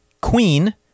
Queen